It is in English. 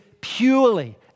purely